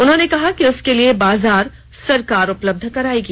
उन्होंने कहा कि इसके लिए बाजार सरकार उपलब्ध कराएगी